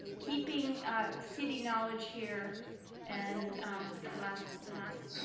keeping city knowledge here and the last the last